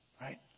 right